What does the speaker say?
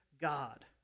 God